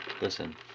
listen